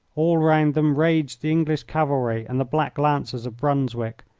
all round them raged the english cavalry and the black lancers of brunswick,